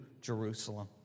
Jerusalem